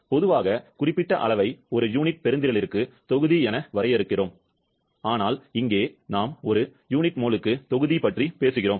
பொதுவாக குறிப்பிட்ட அளவை ஒரு யூனிட் பெருந்திறலிற்கு தொகுதி என வரையறுக்கிறோம் ஆனால் இங்கே நாம் ஒரு யூனிட் மோலுக்கு தொகுதி பற்றி பேசுகிறோம்